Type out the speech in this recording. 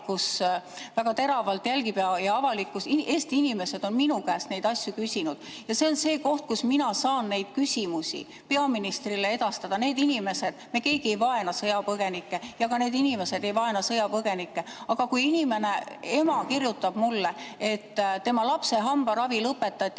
väga teravalt jälgib. Avalikkus, Eesti inimesed on minu käest neid asju küsinud ja see on see koht, kus mina saan neid küsimusi peaministrile edastada. Me keegi ei vaena sõjapõgenikke ja ka need inimesed ei vaena sõjapõgenikke. Aga kui inimene, ema, kirjutab mulle, et tema lapse hambaravi lõpetati,